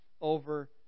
over